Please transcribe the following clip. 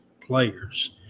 players